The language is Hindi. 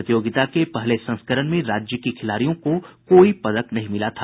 प्रतियोगिता के पहले संस्करण में राज्य के खिलाड़ियों को कोई पदक नहीं मिला था